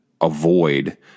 avoid